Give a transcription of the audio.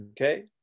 okay